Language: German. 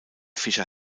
fischer